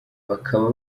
bakaba